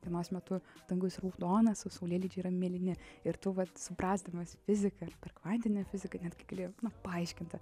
dienos metu dangus raudonas o saulėlydžiai yra mėlyni ir tu vat suprasdamas fiziką kvantinė fizika netgi galėjo nu paaiškinta